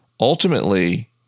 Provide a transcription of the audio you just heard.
Ultimately